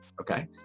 Okay